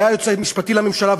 שהיה היועץ המשפטי לממשלה,